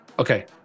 okay